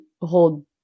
hold